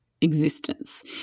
existence